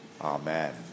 Amen